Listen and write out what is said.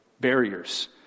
barriers